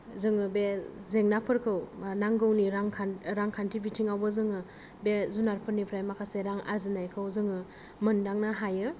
जोङो बे जेंनाफोरखौ नांगौनि रां खान रांखान्थि बिथिङावबो जोङो बे जुनारफोरनि फ्राय माखासे रां आरजिनायखौ जोङो मोनदांनो हायो